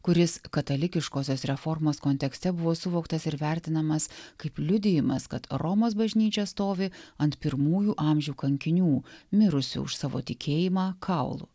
kuris katalikiškosios reformos kontekste buvo suvoktas ir vertinamas kaip liudijimas kad romos bažnyčia stovi ant pirmųjų amžių kankinių mirusių už savo tikėjimą kaulų